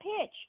pitch